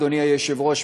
אדוני היושב-ראש,